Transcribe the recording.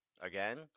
again